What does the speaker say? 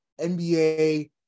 NBA